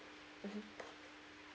mmhmm